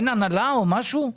אין הנהלה או משהו?